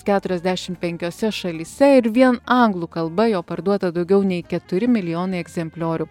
keturiasdešimt penkiose šalyse ir vien anglų kalba jo parduota daugiau nei keturi milijonai egzempliorių